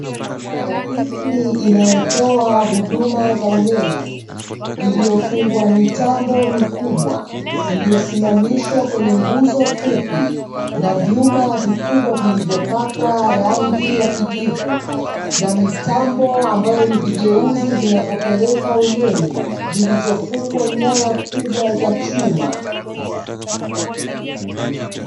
Ofisi inayotoa huduma za umeme, iliyofungwa mitambo mikubwa, iliyosimamishwa kwenye nguzo fupi na vyuma vikubwa vilivyopakwa rangi ya kijivu; na mitambo ambayo ni vigeuzi vinavyopeleka umeme, zilizofungwa nyaya kubwa za chuma.